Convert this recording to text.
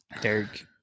Derek